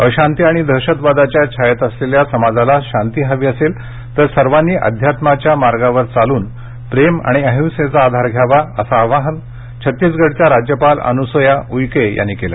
अशांती आणि दहशतवादाच्या छायेत असलेल्या समाजाला शांती हवी असेल तर सर्वांनी अध्यात्माच्या मार्गावर चालून प्रेम आणि अहिंसेचा आधार घ्यावा असं आव्हान छत्तीसगडच्या राज्यपाल अनस्या उइके यांनी केल